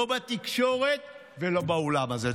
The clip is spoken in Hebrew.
לא בתקשורת ולא באולם הזה.